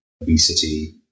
obesity